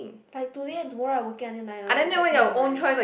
like today and tomorrow I working until nine orh it's like twelve to nine